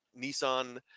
Nissan